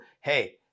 hey